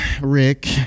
Rick